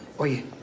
Oye